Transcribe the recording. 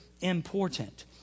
important